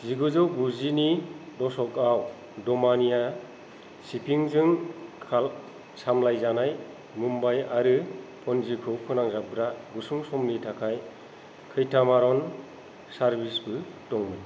जिगुजौ गुजिनि दशकआव दमानिया शिपिंजों काल सामलायजानाय मुम्बाई आरो पन्जिखौ फोनांजाबग्रा गुसुं समनि थाखाय कैटामारन सारभिसबो दंमोन